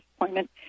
appointment